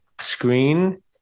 screen